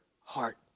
heart